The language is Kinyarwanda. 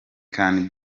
can